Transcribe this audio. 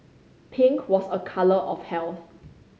pink was a colour of health